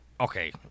Okay